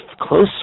close